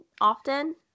often